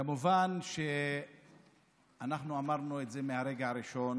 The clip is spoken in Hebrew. מובן שאנחנו אמרנו מהרגע הראשון